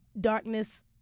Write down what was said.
darkness